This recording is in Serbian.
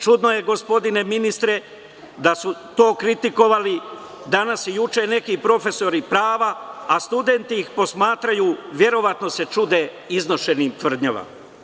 Čudno je, gospodine ministre, da su to kritikovali danas i juče neki profesori prava, a studenti ih posmatraju i verovatno se čude iznošenim tvrdnjama.